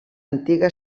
antiga